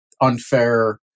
unfair